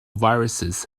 viruses